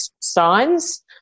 signs